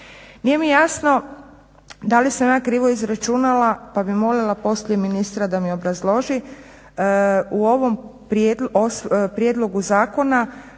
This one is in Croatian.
Nije mi jasno da li sam ja krivo izračunala pa bi molila poslije ministra da mi obrazloži, u ovom prijedlogu zakona